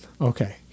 Okay